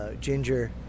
ginger